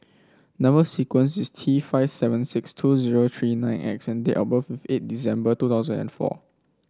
number sequence is T five seven six two zero three nine X and date of birth is eight December two thousand and four